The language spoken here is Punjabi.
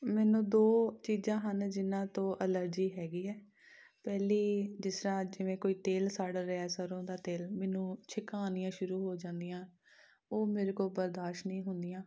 ਮੈਨੂੰ ਦੋ ਚੀਜ਼ਾਂ ਹਨ ਜਿਨ੍ਹਾਂ ਤੋਂ ਐਲਰਜੀ ਹੈਗੀ ਹੈ ਪਹਿਲੀ ਜਿਸ ਤਰ੍ਹਾਂ ਜਿਵੇਂ ਕੋਈ ਤੇਲ ਸੜ ਰਿਹਾ ਸਰ੍ਹੋਂ ਦਾ ਤੇਲ ਮੈਨੂੰ ਛਿੱਕਾਂ ਆਉਣੀਆਂ ਸ਼ੁਰੂ ਹੋ ਜਾਂਦੀਆਂ ਉਹ ਮੇਰੇ ਕੋਲ ਬਰਦਾਸ਼ਤ ਨਹੀਂ ਹੁੰਦੀਆਂ